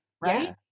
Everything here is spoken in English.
right